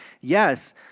Yes